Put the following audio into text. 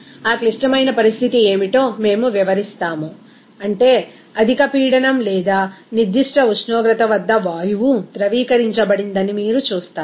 ఆ క్లిష్టమైన పరిస్థితి ఏమిటో మేము వివరిస్తాము అంటే అధిక పీడనం లేదా నిర్దిష్ట ఉష్ణోగ్రత వద్ద వాయువు ద్రవీకరించబడదని మీరు చూస్తారు